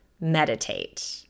Meditate